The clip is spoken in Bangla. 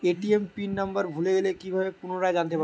এ.টি.এম পিন নাম্বার ভুলে গেলে কি ভাবে পুনরায় জানতে পারবো?